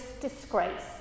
disgrace